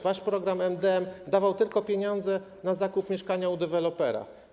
Wasz program MdM dawał tylko pieniądze na zakup mieszkania u dewelopera.